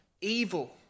evil